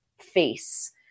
face